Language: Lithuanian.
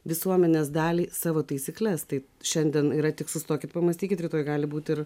visuomenės daliai savo taisykles tai šiandien yra tik sustokit pamąstykit rytoj gali būti ir